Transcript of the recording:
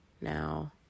now